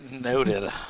Noted